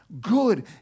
good